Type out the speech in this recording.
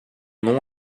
nom